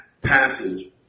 passage